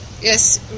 yes